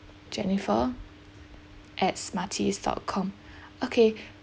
jennifer at smarties dot com okay